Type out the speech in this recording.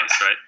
right